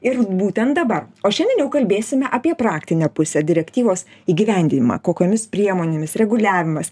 ir būtent dabar o šiandien jau kalbėsime apie praktinę pusę direktyvos įgyvendinimą kokiomis priemonėmis reguliavimas